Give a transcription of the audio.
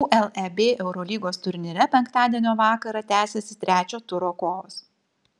uleb eurolygos turnyre penktadienio vakarą tęsiasi trečio turo kovos